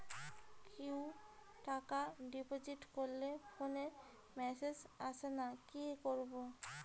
কেউ টাকা ডিপোজিট করলে ফোনে মেসেজ আসেনা কি করবো?